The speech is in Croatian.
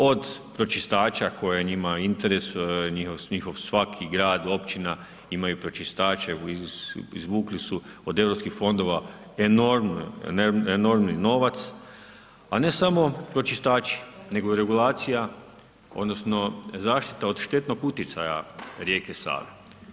Od pročistača koje ima interes, njihov svaki grad, općina imaju pročistače, izvukli su od EU fondova enormni novac, a ne samo pročistaču nego i regulacija, odnosno zaštita od štetnog utjecaja rijeke Save.